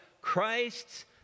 Christ's